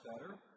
better